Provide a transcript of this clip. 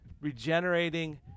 regenerating